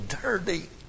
dirty